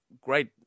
great